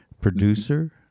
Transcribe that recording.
producer